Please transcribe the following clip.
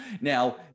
Now